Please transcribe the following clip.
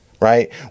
right